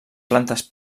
plantes